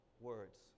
words